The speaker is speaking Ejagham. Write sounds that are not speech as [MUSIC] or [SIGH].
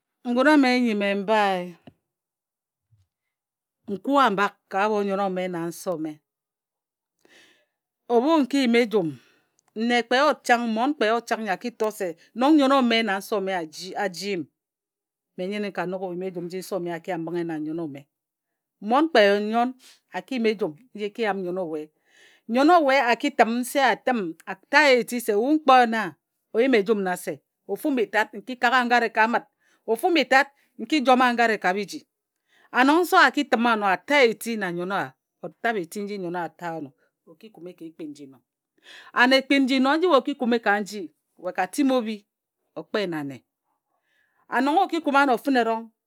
Ngun ame nyi mme n bae n kua m bak ka obho nnyen ome a nse ome obhu n ki yim ejum nne kpe yot chang mmon kpe yot chang nyo a ki to se nong nnyen ome na nse a ji a ji m mme n nyǝne n ka yim ejurn nji nse ome a ki yam mbǝnghe na nnyen ome mmon kpe kpe nnyon a ki yim ejum nji e ki yam nnyen owe. Nnyen owe a ki tǝm nse owe a ki tǝn a ta ye eti se ebhu m kpo ye wa o yim ejum nna se ofu mbi tat n kagha wa ngare ka amǝt ofu mbi tat n ki jome wa ngare ka biji an [UNINTELLIGIBLE] nong nse a ki tǝm wa ano a ta wa eti na nnyen owa o tabhe eti nji nnyen owa a ta wa ano o ki kume ka ekpin nji no. An [UNINTELLIGIBLE] ekpin nji no nji we o ki kume ka nji we ka timi obhi o kpe na nne. An [UNINTELLIGIBLE] nong o kume ano ka nji.